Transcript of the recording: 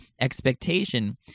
expectation